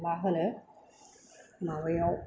मा होनो माबायाव